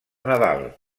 nadal